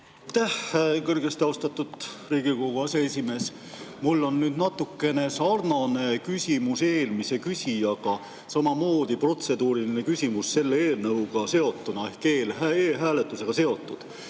Aitäh, kõrgesti austatud Riigikogu aseesimees! Mul on natukene sarnane küsimus eelmise küsija omaga, samamoodi protseduuriline küsimus selle eelnõuga seotuna, e‑hääletusega seotud.